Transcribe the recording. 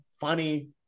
funny